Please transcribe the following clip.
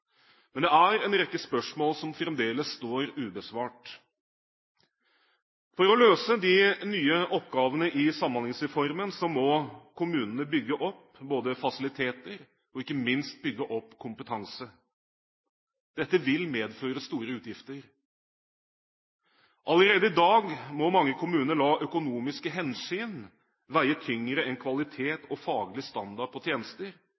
men det er en rekke spørsmål som fremdeles står ubesvart. For å løse de nye oppgavene i Samhandlingsreformen må kommunene bygge opp både fasiliteter og ikke minst kompetanse. Dette vil medføre store utgifter. Allerede i dag må mange kommuner la økonomiske hensyn veie tyngre enn kvalitet og faglig standard på tjenester